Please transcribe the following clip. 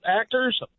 actors